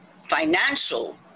financial